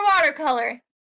watercolor